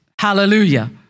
Hallelujah